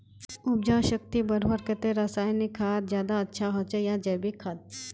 उपजाऊ शक्ति बढ़वार केते रासायनिक खाद ज्यादा अच्छा होचे या जैविक खाद?